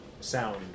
sound